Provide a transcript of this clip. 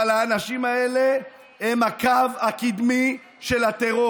אבל האנשים האלה הם הקו הקדמי של הטרור.